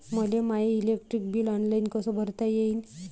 मले my electric bill online कस भरता येईन?